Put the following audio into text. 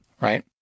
right